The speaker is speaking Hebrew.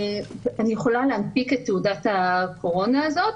אני יכולה להנפיק את תעודת הקורונה הזאת,